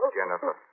Jennifer